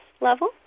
level